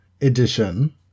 edition